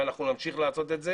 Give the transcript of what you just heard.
ואנחנו נמשיך לעשות את זה